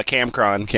Camcron